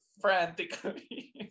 frantically